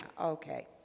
Okay